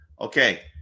Okay